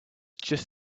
just